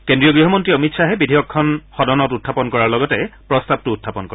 কেন্দ্ৰীয় গৃহমন্ত্ৰী অমিত খাহে বিধেয়কখন সদনত উখাপন কৰাৰ লগতে প্ৰস্তাৱটো উখাপন কৰে